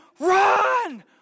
run